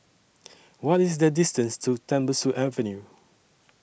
What IS The distance to Tembusu Avenue